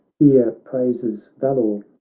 here praises valour,